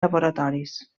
laboratoris